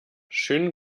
schönen